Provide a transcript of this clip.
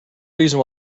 reason